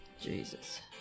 Jesus